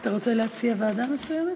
אתה רוצה להציע ועדה מסוימת?